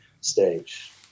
stage